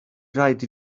raid